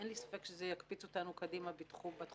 אין לי ספק שזה יקפיץ אותנו קדימה בתחום